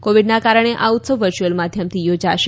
કોવિડના કારણે આ ઉત્સવ વર્ચ્યુઅલ માધ્યમથી યોજાશે